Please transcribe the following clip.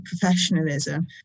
professionalism